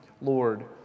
Lord